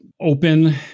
open